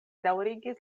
daŭrigis